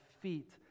feet